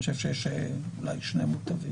אני חושב שאולי יש שני מוטבים.